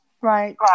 Right